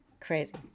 crazy